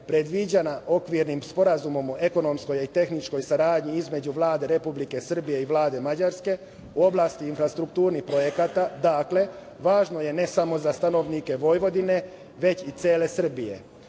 predviđena Okvirnim sporazumom o ekonomskoj i tehničkoj saradnji između Vlade Republike Srbije i Vlade Mađarske u oblasti infrastrukturnih projekata. Dakle, važno je ne samo za stanovnike Vojvodine, već i cele Srbije